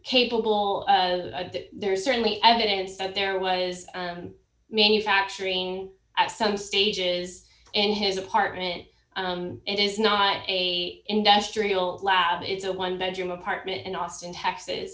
capable there is certainly evidence that there was manufacturing at some stages in his apartment it is not a industrial lab is a one bedroom apartment in austin texas